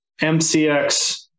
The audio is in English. MCX